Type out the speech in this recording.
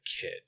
kid